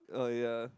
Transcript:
oh yeah